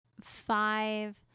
five